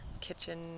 Kitchen